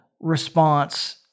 response